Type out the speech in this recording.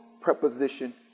preposition